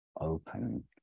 open